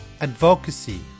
advocacy